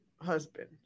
husband